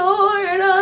Lord